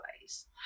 ways